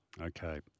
okay